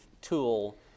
tool